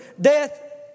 death